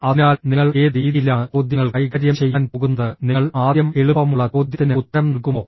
അതിനാൽ നിങ്ങൾ ഏത് രീതിയിലാണ് ചോദ്യങ്ങൾ കൈകാര്യം ചെയ്യാൻ പോകുന്നത് നിങ്ങൾ ആദ്യം എളുപ്പമുള്ള ചോദ്യത്തിന് ഉത്തരം നൽകുമോ